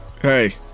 Hey